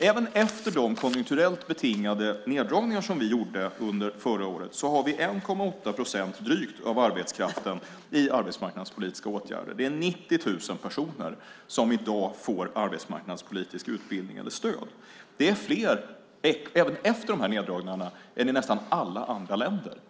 Även efter de konjunkturellt betingade neddragningar som vi gjorde under förra året har vi drygt 1,8 procent av arbetskraften i arbetsmarknadspolitiska åtgärder. Det är 90 000 personer som i dag får arbetsmarknadspolitisk utbildning eller stöd. Det är fler även efter de här neddragningarna än i nästan alla andra länder.